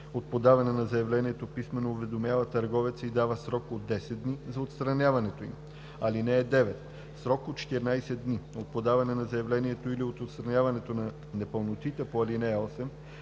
от подаване на заявлението писмено уведомява търговеца и дава срок от 10 дни за отстраняването им. (9) В срок от 14 дни от подаване на заявлението или от отстраняването на непълнотите в срока по